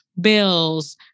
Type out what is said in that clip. bills